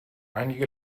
einige